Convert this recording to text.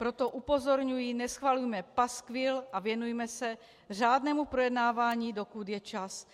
Proto upozorňuji, neschvalujme paskvil a věnujme se řádnému projednávání, dokud je čas.